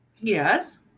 Yes